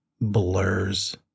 Blurs